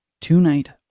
tonight